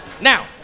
Now